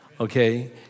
Okay